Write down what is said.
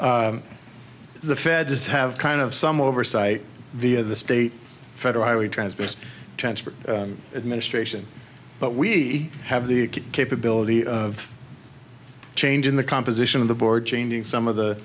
way the feds have kind of some oversight via the state federal highway transfers transfer administration but we have the capability of changing the composition of the board changing some of the